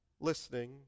listening